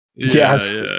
Yes